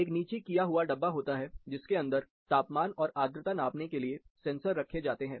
एक नीचे किया हुआ डब्बा होता है जिसके अंदर तापमान और आर्द्रता नापने के लिए सेंसर रखे जाते हैं